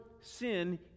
sin